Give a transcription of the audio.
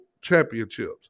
championships